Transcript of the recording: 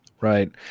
Right